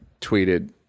tweeted